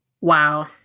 Wow